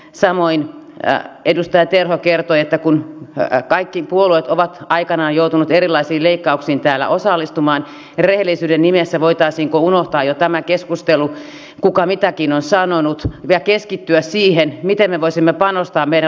samoin edustaja terho kertoi että kaikki puolueet ovat aikanaan joutuneet erilaisiin leikkauksiin täällä osallistumaan niin että rehellisyyden nimessä voitaisiinko unohtaa jo tämä keskustelu siitä kuka mitäkin on sanonut ja keskittyä siihen miten me voisimme panostaa meidän laadukkaaseen koulutukseen